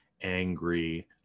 angry